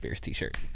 t-shirt